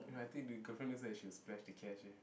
no I think the girlfriend looks like she will splash the cash eh